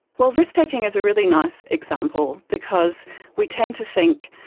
well, risk-taking is a really nice example because we tend to think,